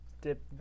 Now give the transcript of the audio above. dip